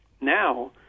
now